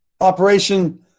Operation